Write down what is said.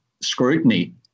scrutiny